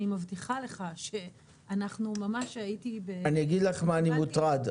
אני אגיד לך ממה אני מוטרד.